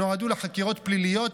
שנועדו לחקירות פליליות,